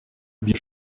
wir